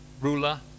ruler